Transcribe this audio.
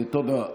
תודה.